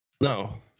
No